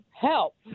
help